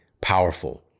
powerful